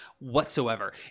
whatsoever